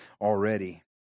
already